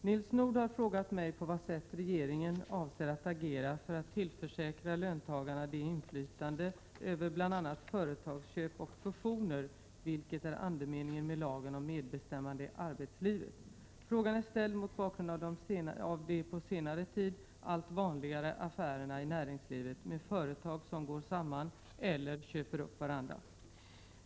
Nils Nordh har frågat mig på vad sätt regeringen avser att agera för att tillförsäkra löntagarna det inflytande över bl.a. företagsköp och fusioner vilket är andemeningen med lagen om medbestämmande i arbetslivet . Frågan är ställd mot bakgrund av de på senare tid allt vanligare affärerna i näringslivet med företag som går samman eller köper upp varandra.